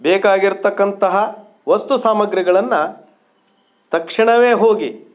ಬೇಕಾಗಿರತಕ್ಕಂತಹ ವಸ್ತು ಸಾಮಗ್ರಿಗಳನ್ನು ತಕ್ಷಣವೇ ಹೋಗಿ